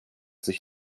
sich